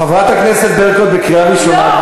חברת הכנסת ברקו, זו קריאה ראשונה.